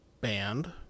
Band